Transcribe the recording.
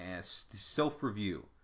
Self-review